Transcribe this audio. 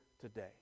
today